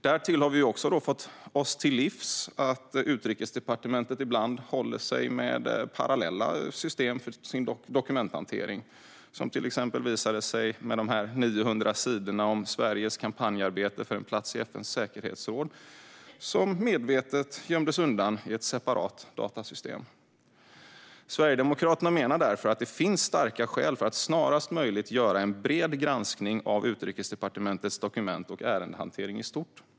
Därtill har vi också fått oss till livs att Utrikesdepartementet ibland håller sig med parallella system i sin dokumenthantering, vilket till exempel visade sig med de 900 sidor om Sveriges kampanjarbete för en plats i FN:s säkerhetsråd som medvetet gömdes undan i ett separat datasystem. Sverigedemokraterna menar därför att det finns starka skäl att snarast möjligt göra en bred granskning av Utrikesdepartementets dokument och ärendehantering i stort.